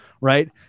Right